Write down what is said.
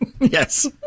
Yes